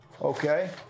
okay